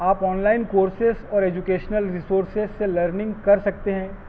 آپ online courses اور educational resources سے لرننگ کر سکتے ہیں